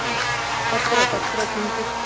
ह्म् तत्र तत्र किञ्चित्